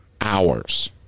hours